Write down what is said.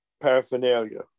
paraphernalia